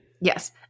Yes